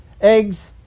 eggs